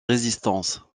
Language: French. résistance